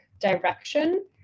direction